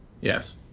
Yes